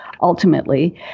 ultimately